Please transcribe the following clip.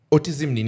Autism